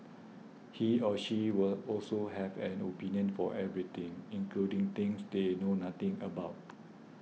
he or she will also have an opinion for everything including things they know nothing about